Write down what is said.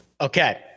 Okay